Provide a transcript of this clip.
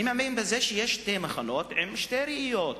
אני מאמין בזה שיש שני מחנות עם שתי ראיות.